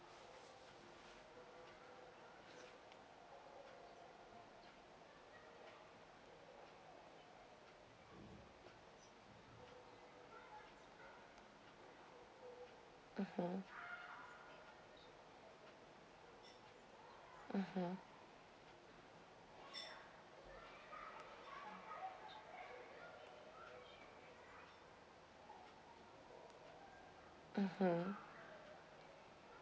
mmhmm mmhmm mmhmm